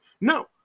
No